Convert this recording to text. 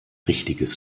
richtiges